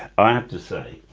i have to say